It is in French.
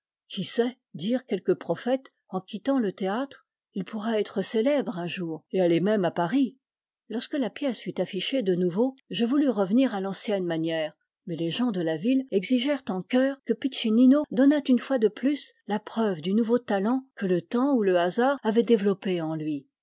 qui sait dirent quelques prophètes en quittant le théâtre il pourra être célèbre un jour et aller même à paris lorsque la pièce fut affichée de nouveau je voulus revenir à l'ancienne manière mais les gens de la ville exigèrent en chœur que piccinino donnât une fois de plus la preuve du nouveau talent que le temps ou le hasard avait développé en lui